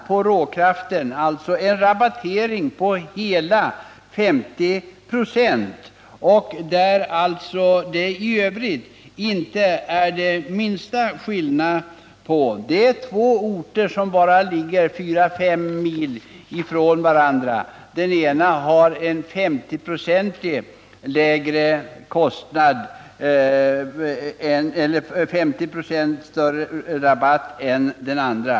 Jag kan som exempel nämna ett par orter, som ligger bara 4-5 mil från varandra, där den ena orten har en 50 96 större rabatt på råkraften än den andra.